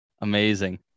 Amazing